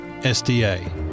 SDA